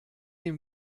ihm